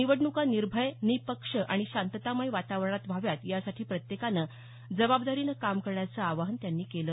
निवडणूका निर्भय निपक्ष आणि शांततामय वातावरणात व्हाव्यात यासाठी प्रत्येकानं जबाबदारीनं काम करण्याचं आवाहन त्यांनी केलं